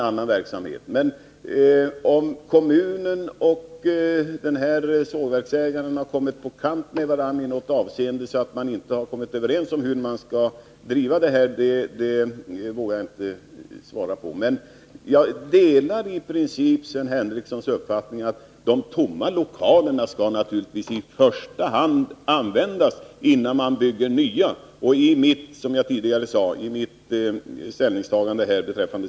Om kommunen och sågverksägaren har kommit på kant med varandra i något avseende, så att de inte har kunnat komma överens om hur den här affären skall drivas vågar jag inte uttala mig om. Men jag delar i princip Sven Henricssons uppfattning, att de tomma lokalerna naturligtvis i första hand skall användas innan man bygger nya. I mitt ställningstagande betr.